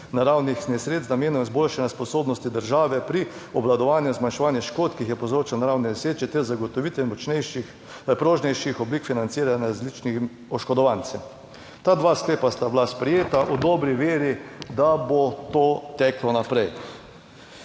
naravnih nesreč z namenom izboljšanja sposobnosti države pri obvladovanju in zmanjševanja škod, ki jih je povzročil naravne nesreče, ter zagotovitve močnejših, prožnejših oblik financiranja različnih oškodovancem. Ta dva sklepa sta bila sprejeta v dobri veri, da bo to teklo naprej.